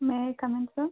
may I come in sir